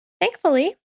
thankfully